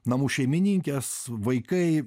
namų šeimininkės vaikai